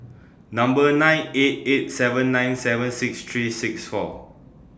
Number nine eight eight seven nine seven six three six four